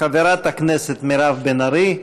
חברת הכנסת מירב בן ארי,